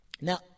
Now